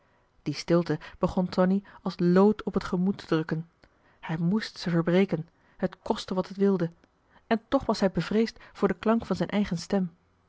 die stilte begon tonie als lood op het gemoed te drukken hij moest ze verbreken het koste wat het wilde en toch was hij bevreesd voor den klank van zijn eigen stem